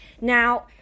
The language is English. Now